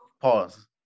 Pause